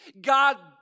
God